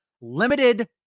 limited